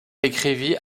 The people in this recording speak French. écrivit